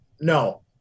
no